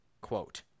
quote